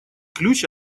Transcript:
ключ